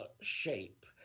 shape